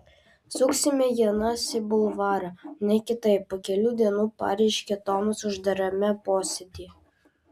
suksime ienas į bulvarą ne kitaip po kelių dienų pareiškė tomas uždarame posėdyje